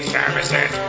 services